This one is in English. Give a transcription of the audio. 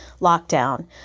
lockdown